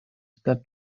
staff